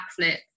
backflip